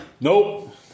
Nope